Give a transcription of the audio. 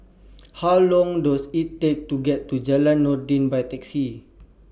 How Long Does IT Take to get to Jalan Noordin By Taxi